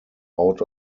out